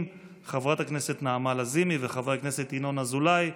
חברת הכנסת נעמה לזימי וחבר הכנסת ינון אזולאי,